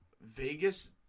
Vegas